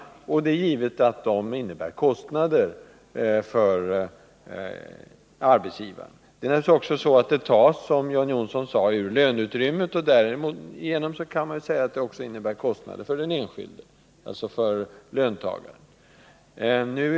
Det är givet att dessa förbättringar innebär kostnader för arbetsgivaren. Naturligtvis tas det, som John Johnsson sade, ur löneutrymmet, och därför kan man också säga att de innebär kostnader för löntagaren.